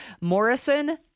Morrison